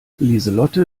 lieselotte